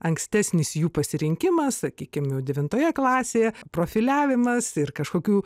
ankstesnis jų pasirinkimas sakykim jau devintoje klasėje profiliavimas ir kažkokių